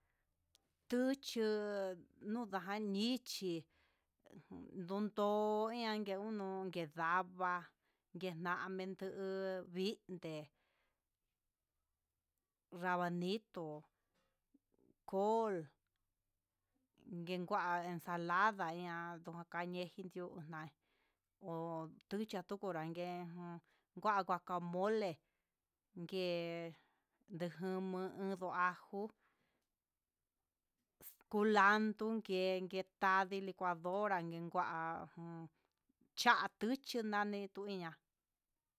Tuchu nonda nichí, ndondo no nga iño unke ndava'a yamendo vinté, ravanito, cool, nguengua ensalada ña ndukan ñen jitió nan nducha kukunranke ngua guacamole, ngue ndejuman ajó culando ke ni tadi licuadora nguen kuá tannduchi nani tuña'a.